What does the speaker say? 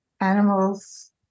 animals